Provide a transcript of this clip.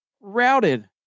routed